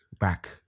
back